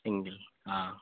single অঁ